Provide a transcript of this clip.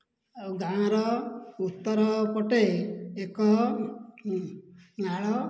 ଆଉ ଗାଁର ଉତ୍ତର ପଟେ ଏକ ନାଳ